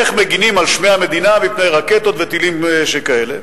איך מגינים על שמי המדינה מפני רקטות וטילים שכאלה,